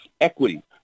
Equity